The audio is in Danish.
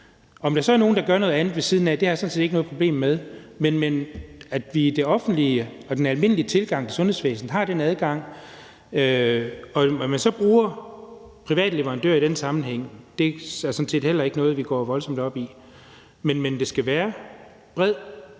Om der så er nogle, der gør noget andet ved siden af, har jeg sådan set ikke noget problem med, men man skal i det offentlige og det almindelige sundhedsvæsen have den adgang. Og at man så bruger private leverandører i den sammenhæng, er sådan set heller ikke noget, vi går voldsomt op i. Men der skal være bred,